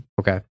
Okay